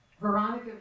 veronica